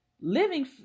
Living